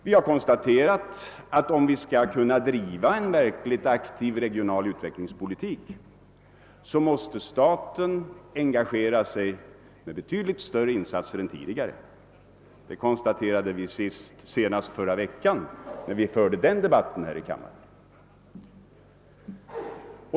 Vi har konstaterat att staten måste, om vi skall kunna driva en verkligt aktiv regional utvecklingspolitik, engagera sig med betydligt större insatser än tidigare. Det konstaterade vi senast förra veckan, när vi förde debatten om regionalpolitiken här i kammaren.